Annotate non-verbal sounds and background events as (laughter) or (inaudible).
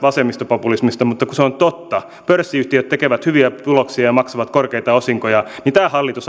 (unintelligible) vasemmistopopulismista mutta kun se on totta pörssiyhtiöt tekevät hyviä tuloksia ja ja maksavat korkeita osinkoja tämä hallitus